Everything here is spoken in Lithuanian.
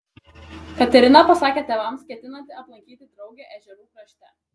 katerina pasakė tėvams ketinanti aplankyti draugę ežerų krašte